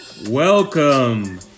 Welcome